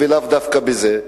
ולאו דווקא בזה,